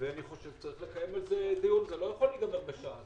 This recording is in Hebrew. חושב שצריך לקיים דיון שלא ייגמר בשעה.